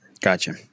Gotcha